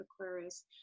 aquarius